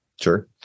Sure